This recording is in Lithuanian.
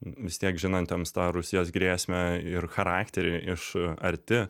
vis tiek žinantiems tą rusijos grėsmę ir charakterį iš arti